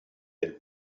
del